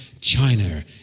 China